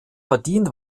verdient